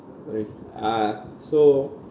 with uh so